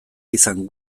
izan